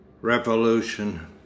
revolution